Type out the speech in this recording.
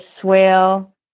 swale